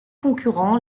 concurrent